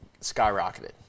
skyrocketed